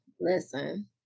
listen